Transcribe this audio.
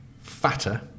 fatter